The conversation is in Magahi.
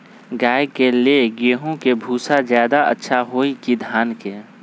गाय के ले गेंहू के भूसा ज्यादा अच्छा होई की धान के?